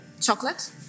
Chocolate